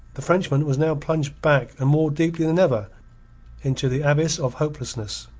the frenchman was now plunged back and more deeply than ever into the abyss of hopelessness.